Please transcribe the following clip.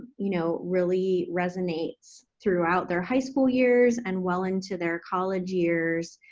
you know really resonates throughout their high school years and well into their college years,